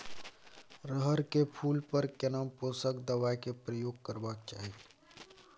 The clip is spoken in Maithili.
रहर के फूल पर केना पोषक दबाय के प्रयोग करबाक चाही?